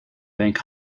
bank